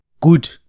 Good